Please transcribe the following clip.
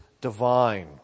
divine